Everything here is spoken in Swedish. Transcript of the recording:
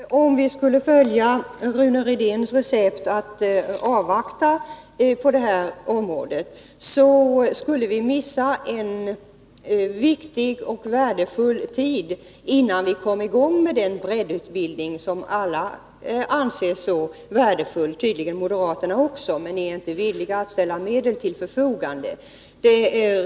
Herr talman! Om vi skulle följa Rune Rydéns recept att avvakta på detta område, skulle vi missa viktig och värdefull tid innan vi kom i gång med den breddutbildning som alla anser så värdefull, tydligen moderaterna också. Men moderaterna är inte villiga att ställa medel till förfogande.